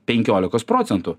penkiolikos procentų